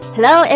Hello